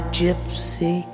gypsy